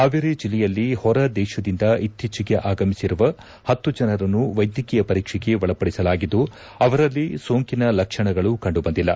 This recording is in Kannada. ಹಾವೇರಿ ಜಿಲ್ಲೆಯಲ್ಲಿ ಹೊರ ದೇಶದಿಂದ ಇತ್ತೀಚೆಗೆ ಆಗಮಿಸಿರುವ ಹತ್ತು ಜನರನ್ನು ವೈದ್ಯಕೀಯ ಪರೀಕ್ಷೆಗೆ ಒಳಪಡಿಸಲಾಗಿದ್ದು ಅವರಲ್ಲಿ ಸೋಂಕಿನ ಲಕ್ಷಣಗಳು ಕಂಡು ಬಂದಿಲ್ಲ